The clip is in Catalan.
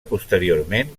posteriorment